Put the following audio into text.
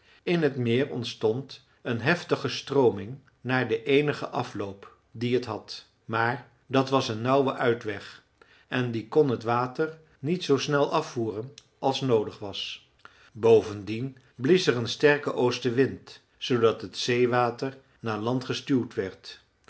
in t meer ontstond een heftige strooming naar den eenigen afloop dien t had maar dat was een nauwe uitweg en die kon het water niet zoo snel afvoeren als noodig was bovendien blies er een sterke oostenwind zoodat het zeewater naar land gestuwd werd